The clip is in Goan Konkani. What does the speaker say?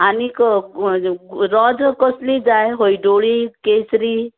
आनीक रोझां कसलीं जाय हयडुळीं केसरी